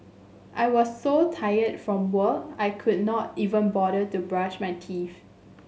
I was so tired from work I could not even bother to brush my teeth